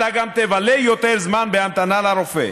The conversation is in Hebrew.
אתה גם תבלה יותר זמן בהמתנה לרופא.